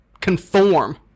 conform